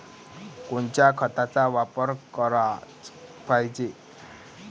कोनच्या खताचा वापर कराच पायजे?